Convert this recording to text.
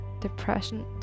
Depression